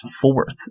fourth